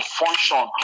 function